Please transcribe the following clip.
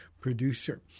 producer